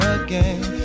again